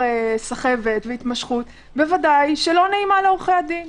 סחבת - ודאי שלא נעימה לעורכי הדין,